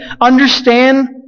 understand